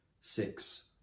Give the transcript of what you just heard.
six